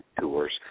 tours